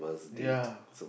yeah